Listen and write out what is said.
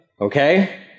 okay